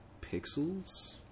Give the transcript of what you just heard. pixels